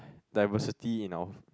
diversity in our